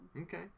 Okay